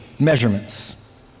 measurements